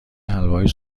حلوای